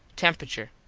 temperature.